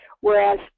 whereas